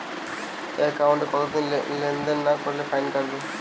একাউন্টে কতদিন লেনদেন না করলে ফাইন কাটবে?